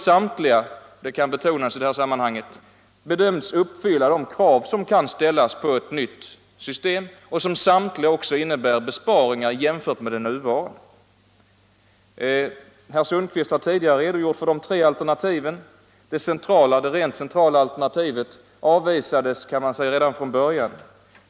Samtliga dessa, det bör betonas i det här sammanhanget, bedöms uppfylla de krav som kan ställas på ett nytt system, och samtliga innebär också besparingar jämfört med det nuvarande. Herr Sundkvist har tidigare redogjort för de tre alternativen. Det rent centrala alternativet avvisades redan från början.